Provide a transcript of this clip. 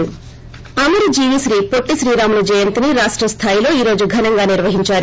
break అమరజీవి శ్రీ పొట్టి శ్రీరాములు జయంతిని రాష్ట స్థాయిలో ఈ రోజు ఘనంగా నిర్వహించారు